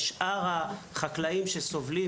לשאר החקלאים שסובלים,